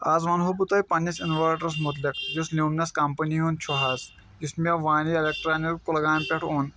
آز وَنہٕ ہو بہٕ تۄہہِ پنٛنِس اِنوٲٹرَس متعلق یُس لیومنَس کَمپٔنی ہُنٛد چھُ حظ یُس مےٚ وانی ایٚلیٚکٹرٛانِک کُلگامہِ پٮ۪ٹھ اوٚن